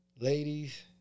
ladies